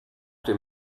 dem